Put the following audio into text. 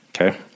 okay